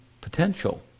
potential